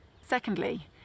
Secondly